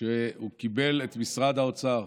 שבו הוא קיבל את משרד האוצר,